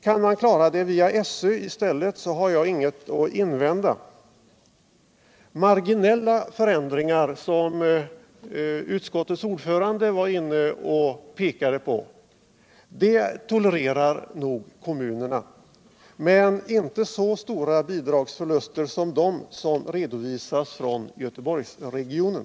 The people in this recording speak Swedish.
Kan man klara det via SÖ i stället har jag inget att invända. Marginella förändringar, som utskottets ordförande var inne på, tolererar nog kommunerna — men inte så stora bidragsförluster som de som redovisas från Göteborgsregionen.